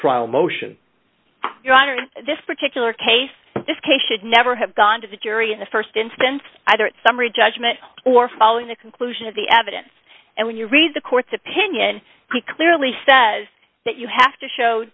trial motion your honor in this particular case this case should never have gone to the jury in the st instance either summary judgment or following the conclusion of the evidence and when you read the court's opinion he clearly says that you have to show